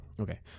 Okay